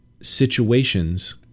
situations